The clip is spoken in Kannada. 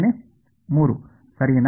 3 ಸರಿನಾ